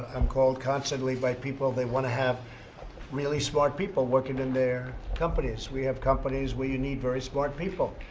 i'm called constantly by people they want to have really smart people working in their companies. we have companies where you need very smart people,